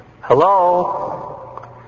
Hello